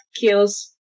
kills